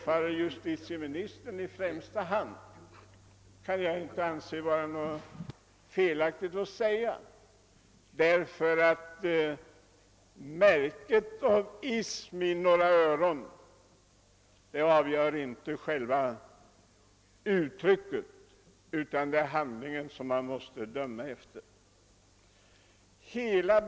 Jag kan inte anse det vara fel att säga att det i främsta rummet kanske gäller justitieministern, eftersom märket »ism» i några öron inte är det avgörande utan man måste döma efter handlingen.